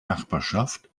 nachbarschaft